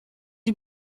die